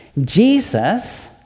Jesus